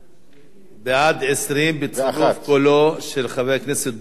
בעד, 20, בצירוף קולו של חבר הכנסת דודו רותם.